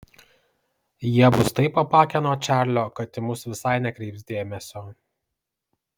jie bus taip apakę nuo čarlio kad į mus visai nekreips dėmesio